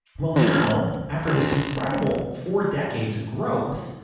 well now, after this incredible four decades of growth,